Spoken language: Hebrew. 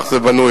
כך זה בנוי.